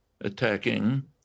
attacking